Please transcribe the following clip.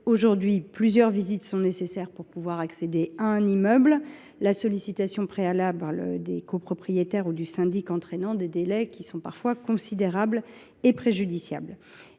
actuellement, plusieurs visites sont nécessaires pour accéder à un immeuble, la sollicitation préalable des copropriétaires ou du syndic entraînant des délais considérables et préjudiciables.